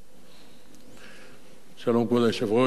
שלום, כבוד היושב-ראש,